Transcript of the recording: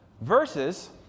Versus